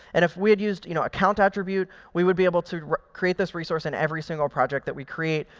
and if we had used you know account attribute, we would be able to create this resource in every single project that we create,